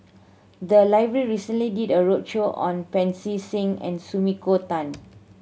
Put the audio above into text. the library recently did a roadshow on Pancy Seng and Sumiko Tan